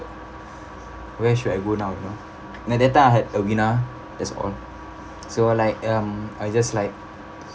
where should I go now you know that time I had arina that's all so like um I just like